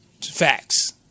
Facts